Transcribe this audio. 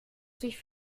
sich